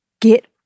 Get